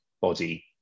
body